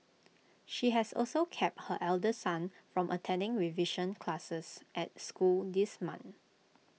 she has also kept her elder son from attending revision classes at school this month